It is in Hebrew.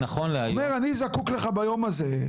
אומר שהוא זקוק לו ביום מסוים.